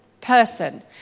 person